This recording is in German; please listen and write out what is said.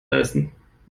leisten